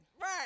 Right